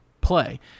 play